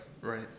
Right